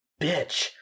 bitch